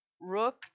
Rook